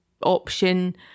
option